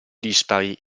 dispari